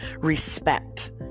respect